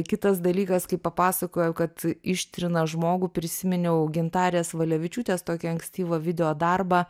kitas dalykas kaip papasakojau kad ištrina žmogų prisiminiau gintarės valevičiūtės tokį ankstyvą video darbą